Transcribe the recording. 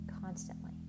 constantly